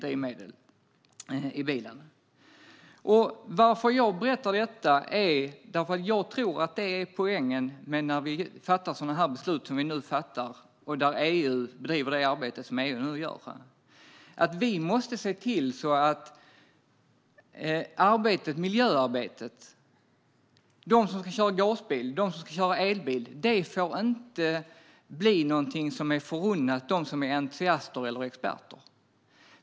Anledningen till att jag berättar det här är att jag tror att detta är poängen när vi fattar sådana beslut som det vi nu fattar och där EU bedriver det arbete som de nu gör. Vi måste se till att miljöarbetet fungerar och att detta att köra gasbil och elbil inte blir någonting som är förunnat dem som är entusiaster eller experter.